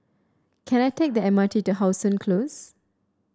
can I take the M R T to How Sun Close